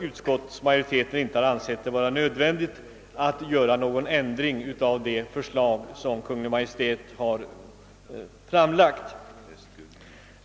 Utskottsmajoriteten har därför inte ansett det vara nödvändigt att göra någon ändring i detlagförslag som Kungl. Maj:t har framlagt.